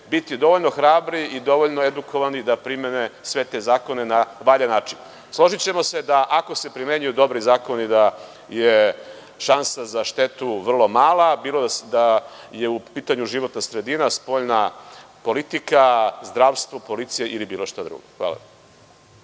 biti dovoljno hrabri i edukovani da primene sve te zakone na valjan način. Složićemo se da ako se primenjuju dobri zakoni da je šansa za štetu vrlo mala, bilo da je u pitanju životna sredina, spoljna politika, zdravstvo, policija ili bilo šta drugo. Hvala.